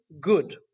good